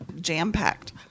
jam-packed